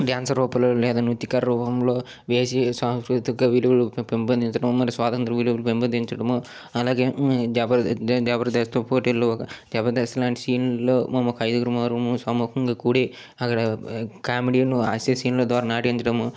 dance రూపంలో లేదా నృత్యకార రూపంలో వేసి సాంస్కృతిక విలువలు పెంపొందించడం మరియు స్వాతంత్ర విలువలు పెంపొందించడము అలాగే జబర్దస్త్ పోటీల్లో జబర్దస్త్ లాంటి సీన్లో మేము ఒక అయిదుగురం ఆరుగురం సమూహంగా కూడి అక్కడ కామెడీను హాస్యం సీనుల ద్వారా నటించడం